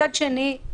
מצד שני,